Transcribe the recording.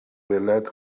weled